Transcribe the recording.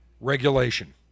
regulation